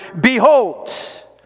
behold